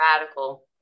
radical